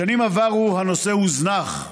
בשנים עברו הנושא הוזנח,